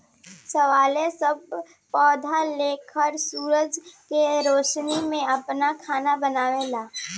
शैवाल सब पौधा लेखा सूरज के रौशनी से आपन खाना बनावेला